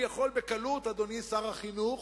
אני יכול בקלות, אדוני שר החינוך,